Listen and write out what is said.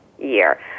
year